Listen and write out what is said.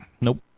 Nope